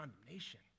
condemnation